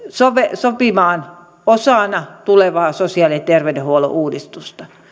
sopimaan osaksi tulevaa sosiaali ja terveydenhuollon uudistusta